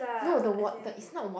no the water it's not wat~